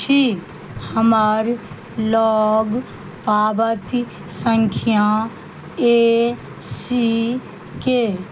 छी हमरा लग पाबती सङ्ख्या ए सी के